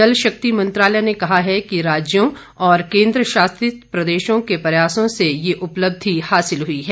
जल शक्ति मंत्रालय ने कहा है कि राज्यों और केंद्रशासित प्रदेशों के प्रयासों से यह उपलब्धि हासिल हुई है